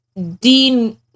Dean